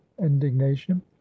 indignation